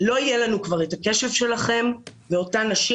לא יהיה לנו כבר את הקשב שלכם ואותן נשים